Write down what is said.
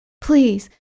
please